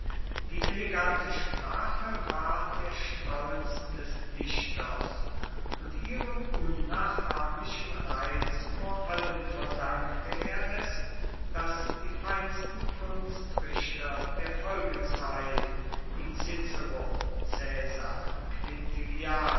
die elegante sprache war der stolz des dichters und ihrem unnachahmlichen reiz vor allem verdankte er es daß die feinsten kunstrichter der folgezeit wie cicero caesar